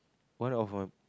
one of the